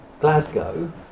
Glasgow